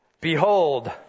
behold